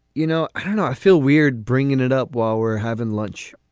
you know, i feel weird bringing it up while we're having lunch.